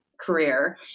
career